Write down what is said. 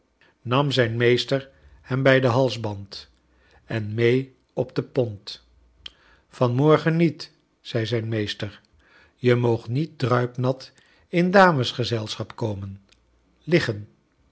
nam zijn meester hem bij den halsband en mee op de pont van morgen niet zei zijn meester je moogt niet druipnat in damesgezelschap komen liggen